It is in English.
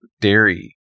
dairy